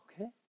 Okay